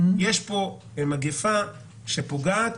יש כאן מגיפה שפוגעת.